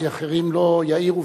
כי אחרים לא יעירו,